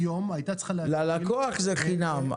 ללקוח זה חינם,